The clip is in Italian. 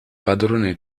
padrone